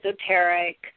esoteric